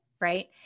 right